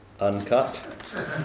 uncut